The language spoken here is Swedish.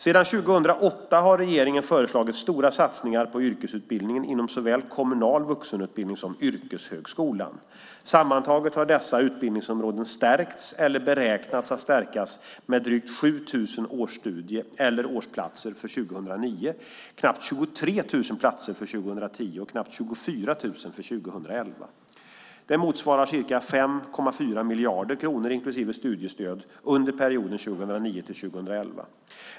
Sedan 2008 har regeringen föreslagit stora satsningar på yrkesutbildning inom såväl kommunal vuxenutbildning som yrkeshögskola. Sammantaget har dessa utbildningsområden stärkts eller beräknas att stärkas med drygt 7 000 årsstudie eller årsplatser för 2009, knappt 23 000 platser för 2010 och knappt 24 000 för 2011. Det motsvarar ca 5,4 miljarder kronor, inklusive studiestöd, under perioden 2009-2011.